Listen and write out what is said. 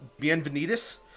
Bienvenidos